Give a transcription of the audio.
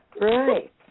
Right